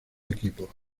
equipo